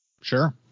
Sure